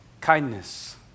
kindness